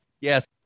Yes